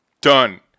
done